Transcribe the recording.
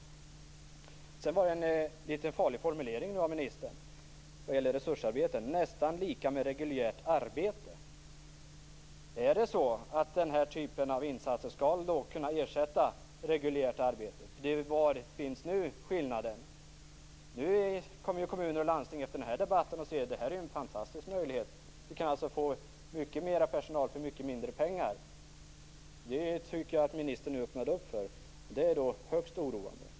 Sedan använde ministern en litet farlig formulering vad gäller resursarbeten: nästan lika med reguljärt arbete. Är det så att den här typen av insatser skall kunna ersätta reguljärt arbete? Vari finns skillnaden nu? Nu kommer ju kommuner och landsting efter den här debatten att se att det här är en fantastisk möjlighet. Man kan få mycket mer personal för mycket mindre pengar. Det tycker jag att ministern nu öppnade för. Det är högst oroande.